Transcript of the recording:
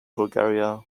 bulgaria